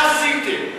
מה עשיתם?